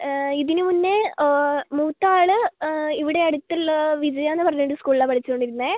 ഇതിനുമുന്നേ മൂത്ത ആള് ഇവിടെ അടുത്തുള്ള വിജയ എന്ന് പറഞ്ഞൊരു സ്കൂളിലാണ് പഠിച്ചുകൊണ്ടിരുന്നത്